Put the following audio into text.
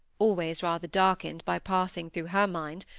always rather darkened by passing through her mind,